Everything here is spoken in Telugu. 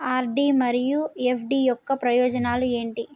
ఆర్.డి మరియు ఎఫ్.డి యొక్క ప్రయోజనాలు ఏంటి?